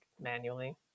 manually